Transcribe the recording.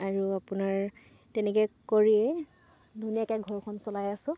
আৰু আপোনাৰ তেনেকৈ কৰিয়েই ধুনীয়াকৈ ঘৰখন চলাই আছো